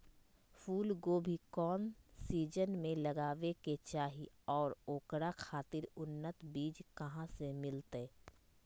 फूलगोभी कौन सीजन में लगावे के चाही और ओकरा खातिर उन्नत बिज कहा से मिलते?